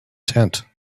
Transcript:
tent